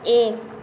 एक